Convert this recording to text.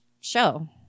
show